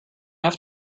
have